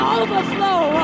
overflow